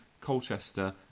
Colchester